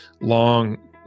long